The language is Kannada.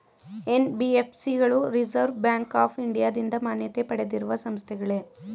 ಎನ್.ಬಿ.ಎಫ್.ಸಿ ಗಳು ರಿಸರ್ವ್ ಬ್ಯಾಂಕ್ ಆಫ್ ಇಂಡಿಯಾದಿಂದ ಮಾನ್ಯತೆ ಪಡೆದಿರುವ ಸಂಸ್ಥೆಗಳೇ?